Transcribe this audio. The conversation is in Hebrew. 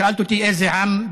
שאלת אותי: איזה עם?